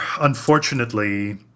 unfortunately